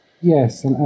yes